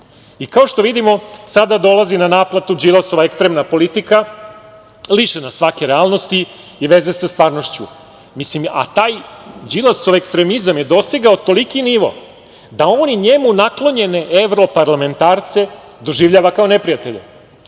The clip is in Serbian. što vidimo, sada dolazi na naplatu Đilasova ekstremna politika, lišena svake realnosti i veze sa stvarnošću. Taj Đilasov ekstremizam je dosegao toliki nivo da oni njemu naklonjene evroparlamentarce doživljava kao neprijatelje.